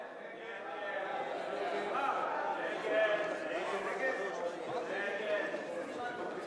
ההסתייגות השנייה של קבוצת סיעת חד"ש לסעיף 1 לא נתקבלה.